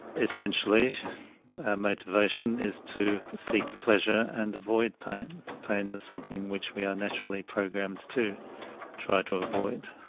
essentially our motivation is to seek pleasure and avoid pain, pain is something which we are naturally programmed to try to avoid.